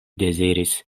deziris